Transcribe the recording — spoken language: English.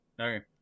Okay